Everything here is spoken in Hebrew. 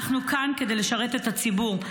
אנחנו כאן כדי לשרת את הציבור.